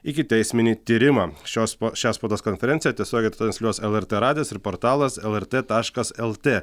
ikiteisminį tyrimą šios šią spaudos konferenciją tiesiogiai transliuos lrt radijas ir portalas lrt taškas lt